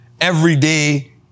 everyday